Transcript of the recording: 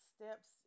steps